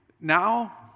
Now